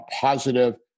positive